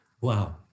wow